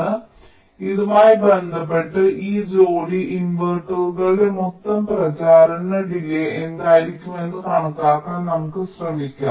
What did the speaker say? അതിനാൽ ഇതുമായി ബന്ധപ്പെട്ട് ഈ ജോടി ഇൻവെർട്ടറുകളുടെ മൊത്തം പ്രചാരണ ഡിലേയ് എന്തായിരിക്കുമെന്ന് കണക്കാക്കാൻ നമുക്ക് ശ്രമിക്കാം